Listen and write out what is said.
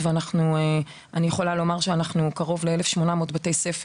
ואני יכולה לומר שאנחנו נמצאים עם